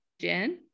Jen